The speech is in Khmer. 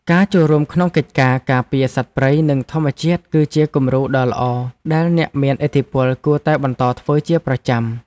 ការចូលរួមក្នុងកិច្ចការការពារសត្វព្រៃនិងធម្មជាតិគឺជាគំរូដ៏ល្អដែលអ្នកមានឥទ្ធិពលគួរតែបន្តធ្វើជាប្រចាំ។